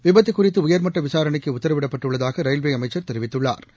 விபத்துகுறித்துஉயா்மட்டவிசாரணைக்குஉத்தரவிடப்பட்டுள்ளதாகரயில்வேஅமைச்சா் தெரிவித்துள்ளாா்